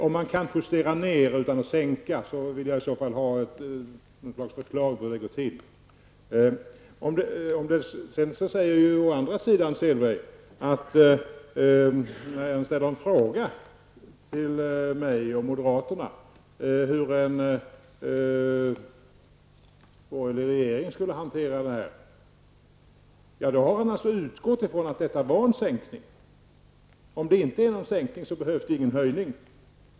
Om man kan justera priserna nedåt utan att sänka dem, så vill jag i så fall ha något slags förslag till hur det går till. Å andra sidan ställer Selberg en fråga till mig och moderaterna, hur en borgerlig regering skulle hantera det här problemet. Ja, då har han alltså utgått ifrån att det var fråga om en prissänkning. Om det inte är fråga om en prissänkning givetvis inte heller någon prishöjning.